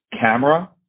camera